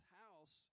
house